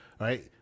right